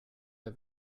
wir